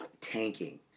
tanking